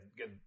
get